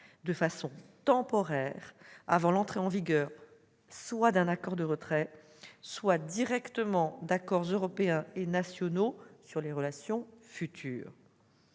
de façon temporaire, avant l'entrée en vigueur, soit d'un accord de retrait, soit directement d'accords européens et nationaux encadrant les relations futures.